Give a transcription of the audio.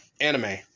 anime